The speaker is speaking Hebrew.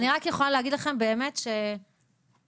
אני רק יכולה להגיד לכם, באמת, שזכיתם,